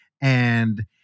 and-